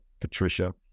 Patricia